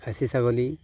খাছী ছাগলী